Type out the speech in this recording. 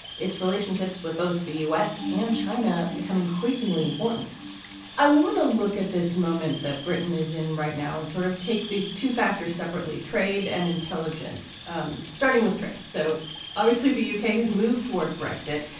its relationships with both the u s. and china become increasingly important i want to look at this moment that britain is in right now and sort of take these two factors separately, trade and intelligence um starting with trade. so obviously, the u k. has moved toward brexit.